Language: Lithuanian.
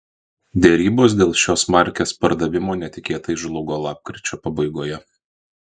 derybos dėl šios markės pardavimo netikėtai žlugo lapkričio pabaigoje